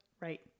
right